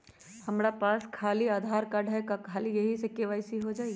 हमरा पास खाली आधार कार्ड है, का ख़ाली यही से के.वाई.सी हो जाइ?